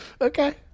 Okay